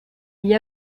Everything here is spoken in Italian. gli